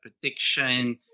prediction